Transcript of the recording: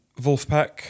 Wolfpack